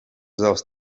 dels